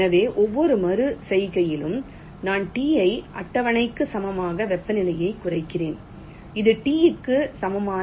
எனவே ஒவ்வொரு மறு செய்கையிலும் நான் T ஐ அட்டவணைக்கு சமமான வெப்பநிலையை குறைக்கிறேன் இது T க்கு சமமான T ஐ 0